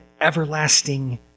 everlasting